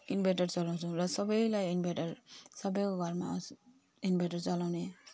inverter चलाउँछौँ र सबैलाई इन्भर्टर सबैको घरमा असु इन्भर्टर चलाउने